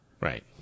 Right